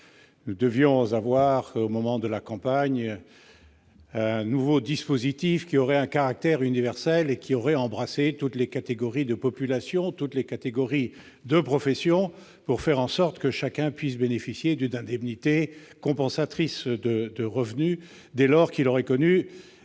nous devions avoir un nouveau dispositif qui aurait un caractère universel et qui aurait embrassé toutes les catégories de population et catégories de profession, pour que chacun puisse bénéficier d'une indemnité compensatrice de revenus, dès lors qu'il aurait connu